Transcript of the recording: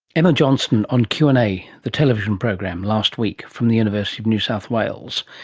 emma johnston on q and a, the television program, last week, from the university of new south wales.